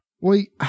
wait